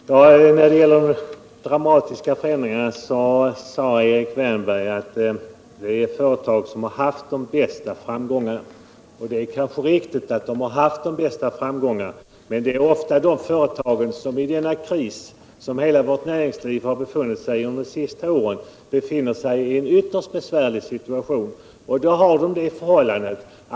Herr talman! När det gäller dramatiska förändringar sade Erik Wärnberg att förmånerna skulle uppstå för de företag som har haft de största framgångarna. Det är kanske riktigt att de haft stora framgångar, men det är också fråga om företag som i den kris som hela vårt näringsliv har befunnit sig i under det senaste året är i en ytterst besvärlig situation.